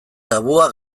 tabua